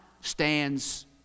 stands